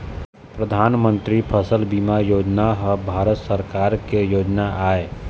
परधानमंतरी फसल बीमा योजना ह भारत सरकार के योजना आय